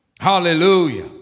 Hallelujah